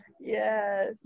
yes